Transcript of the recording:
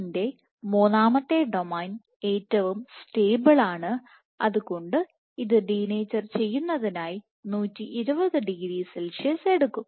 ഇൻറെ മൂന്നാമത്തെ ഡൊമെയ്ൻ ഏറ്റവും സ്റ്റേബിൾ ആണ് അതുകൊണ്ട് ഇത് ഡിനേച്ച്വർ ചെയ്യുന്നതിനായി120 ഡിഗ്രി സെൽഷ്യസ്എടുക്കും